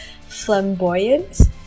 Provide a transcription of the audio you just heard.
flamboyant